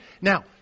Now